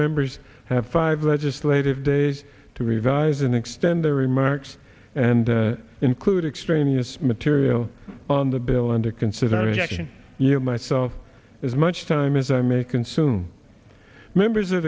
members have five legislative days to revise and extend their remarks and include extraneous material on the bill into consideration you myself as much time as i may consume members o